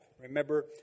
Remember